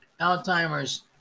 Alzheimer's